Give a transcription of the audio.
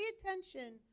attention